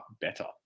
better